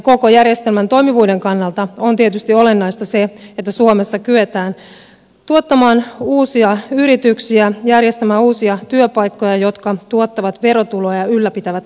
koko järjestelmän toimivuuden kannalta on tietysti olennaista se että suomessa kyetään tuottamaan uusia yrityksiä järjestämään uusia työpaikkoja jotka tuottavat verotuloja ja ylläpitävät hyvinvointia